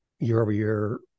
year-over-year